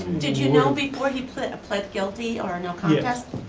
did you know before he plead plead guilty or no contest?